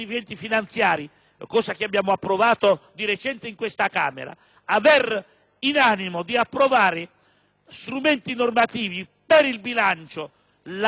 dispositivi normativi per il bilancio, la cui revisione sarà uno strumento ineccepibile e molto forte per contenere la spesa corrente